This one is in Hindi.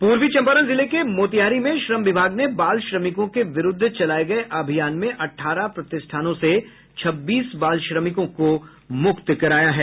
पूर्वी चंपारण जिले के मोतिहारी में श्रम विभाग ने बाल श्रमिकों के विरूद्व चलाये गये अभियान में अठारह प्रतिष्ठानों से छब्बीस बाल श्रमिकों को मुक्त कराया है